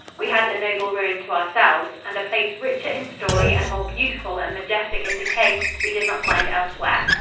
we had the noble ruin to ourselves, and a place richer in story and more beautiful and majestic in decay we did not find elsewhere.